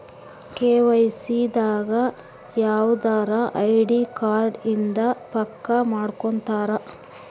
KYC ದಾಗ ಯವ್ದರ ID card ಇಂದ ಪಕ್ಕ ಮಾಡ್ಕೊತರ